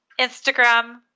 instagram